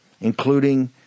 including